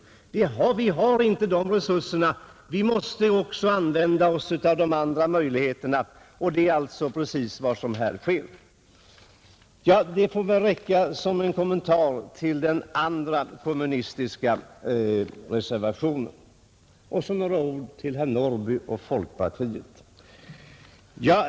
Vi har inte de resurserna. Vi måste också använda oss av de andra möjligheterna. Det är precis vad som här sker. Detta får räcka som kommentar till den andra kommunistiska reservationen, Så några ord till herr Norrby och folkpartiet.